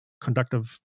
conductive